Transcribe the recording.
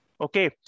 okay